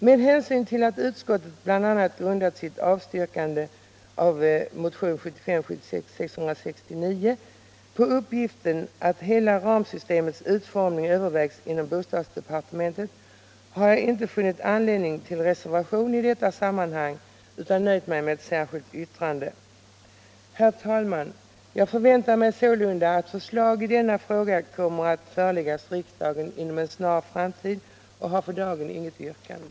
Med hänsyn till att utskottet bl.a. grundat sitt avstyrkande av motion 1975/76:669 på uppgiften att hela ramsystemets utformning övervägs inom bostadsdepartementet har jag inte funnit anledning till reservation i detta sammanhang utan nöjt mig med ett särskilt yttrande. Herr talman! Jag förväntar mig sålunda att förslag i denna fråga kommer att föreläggas riksdagen inom en snar framtid och har för dagen inget yrkande.